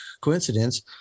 coincidence